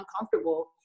uncomfortable